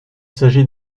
s’agit